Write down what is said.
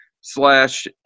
slash –